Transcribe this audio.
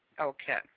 Okay